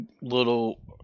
little